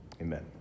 Amen